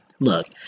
Look